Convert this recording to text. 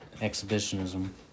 Exhibitionism